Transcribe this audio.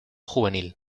juvenil